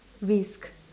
risk